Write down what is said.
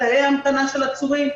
תאי המתנה של עצורים.